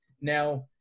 Now